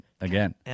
again